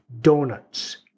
Donuts